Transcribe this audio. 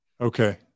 Okay